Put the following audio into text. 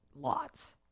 lots